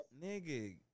Nigga